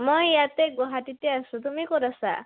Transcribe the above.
মই ইয়াতে গুৱাহাটীতে আছোঁ তুমি ক'ত আছা